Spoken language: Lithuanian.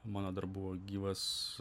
mano dar buvo gyvas